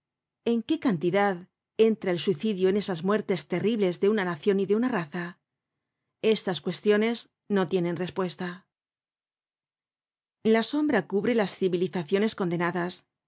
en qué cantidad entra el suicidio en esas muertes terribles de una nacion y de una raza estas cuestiones no tienen respuesta content from google book search generated at la sombra cubre las civilizaciones condenadas